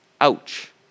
Ouch